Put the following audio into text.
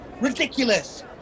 Ridiculous